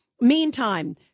Meantime